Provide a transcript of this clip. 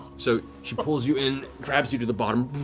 so she pulls you in, grabs you to the bottom.